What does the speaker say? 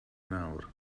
nawr